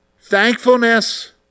thankfulness